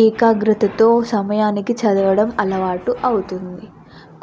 ఏకాగ్రతతో సమయానికి చదవడం అలవాటు అవుతుంది